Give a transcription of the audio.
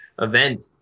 event